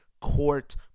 court